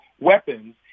weapons